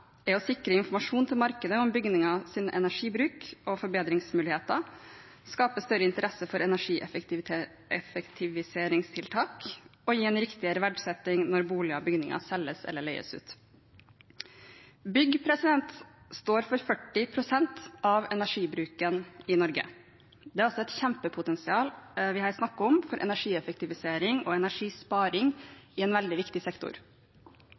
er å sikre informasjon til markedet om bygningers energibruk og forbedringsmuligheter, skape større interesse for energieffektiviseringstiltak, og gi en riktigere verdsetting når boliger og bygninger selges eller leies ut. Bygg står for 40 pst. av energibruken i Norge. Det er altså et kjempepotensial for energieffektivisering og energisparing i en veldig viktig sektor